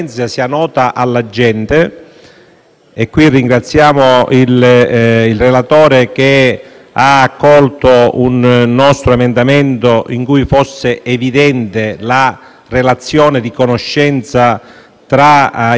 - ringraziamo il relatore che ha accolto un nostro emendamento volto a far sì che sia evidente la relazione di conoscenza tra il promittente e il promissario